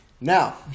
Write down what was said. now